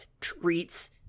treats